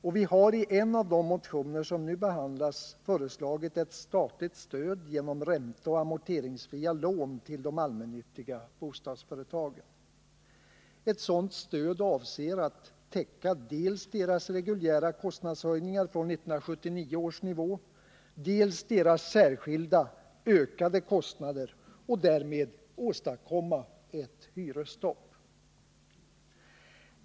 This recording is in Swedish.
Och vi har i en av de motioner som nu behandlas föreslagit ett statligt stöd genom ränteoch amorteringsfria lån till de allmännyttiga bostadsföretagen. Ett sådant stöd avser att täcka dels deras reguljära kostnadshöjningar från 1979 års nivå, dels deras särskilda, ökade kostnader och därmed åstadkomma ett hyresstopp.